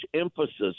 emphasis